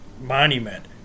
monument